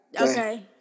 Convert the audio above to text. Okay